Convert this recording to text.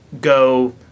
go